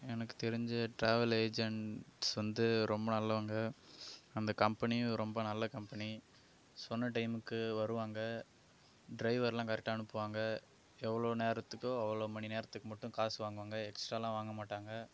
எனக்கு தெரிஞ்ச travel agents வந்து ரொம்ப நல்லவங்க அந்த கம்பெனியும் ரொம்ப நல்ல கம்பெனி சொன்ன டைம்க்கு வருவாங்க ட்ரைவர்லாம் கரக்டாக அனுப்புவாங்க எவ்வளோ நேரத்துக்கு அவ்வளோ மணி நேரத்துக்கு மட்டும் காசு வாங்குவாங்க எக்ஸ்டாலாம் வாங்க மாட்டாங்க